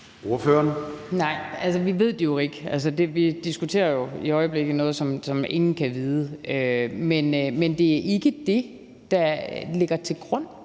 (DD): Nej, vi ved det jo ikke. Altså, vi diskuterer jo i øjeblikket noget, som ingen kan vide. Det er ikke det, der ligger til grund